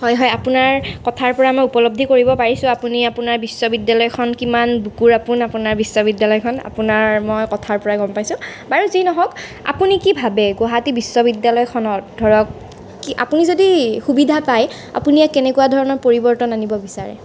হয় হয় আপোনাৰ কথাৰ পৰা মই উপলব্ধি কৰিব পাৰিছোঁ আপুনি আপোনাৰ বিশ্ববিদ্যালয়খন কিমান বুকুৰ আপোন আপোনাৰ বিশ্ববিদ্যালয়খন আপোনাৰ মই কথাৰ পৰা গম পাইছোঁ বাৰু যি নহওক আপুনি কি ভাবে গুৱাহাটী বিশ্ববিদ্যালয়খনত ধৰক কি আপুনি যদি সুবিধা পায় আপুনি ইয়াত কেনেকুৱা ধৰণৰ পৰিৱৰ্তন আনিব বিচাৰে